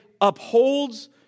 upholds